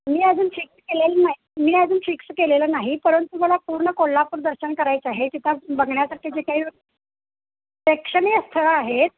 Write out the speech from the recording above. मी अजून फिक्स केलेलं नाही मी अजून फिक्स केलेलं नाही परंतु मला पूर्ण कोल्हापूर दर्शन करायचं आहे तिथं बघण्यासाठी जे काही प्रेक्षणीय स्थळं आहेत